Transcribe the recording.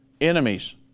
enemies